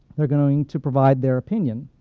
they're going to provide their opinion,